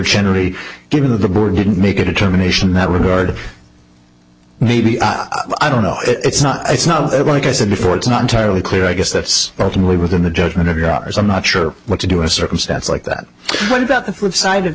generally given the board didn't make a determination that regard maybe i don't know it's not it's not that like i said before it's not entirely clear i guess that's certainly within the judgment of your hours i'm not sure what to do a circumstance like that about the flipside